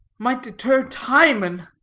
might deter timon,